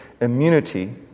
immunity